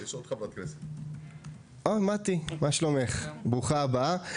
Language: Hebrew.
מטי, ברוכה הבאה.